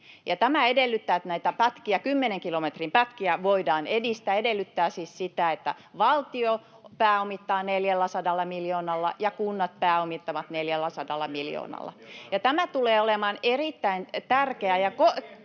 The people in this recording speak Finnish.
välillä, ja tämä, että näitä kymmenen kilometrin pätkiä voidaan edistää, edellyttää siis sitä, että valtio pääomittaa 400 miljoonalla ja kunnat pääomittavat 400 miljoonalla. Tämä tulee olemaan erittäin tärkeä